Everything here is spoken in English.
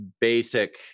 basic